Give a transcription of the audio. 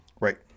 Right